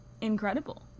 incredible